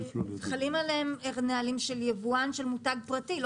חלים עליהם נהלים של יבואן של מותג פרטי.